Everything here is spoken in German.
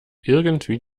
irgendwie